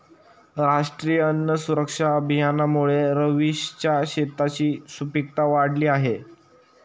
राष्ट्रीय अन्न सुरक्षा अभियानामुळे रवीशच्या शेताची सुपीकता वाढली आहे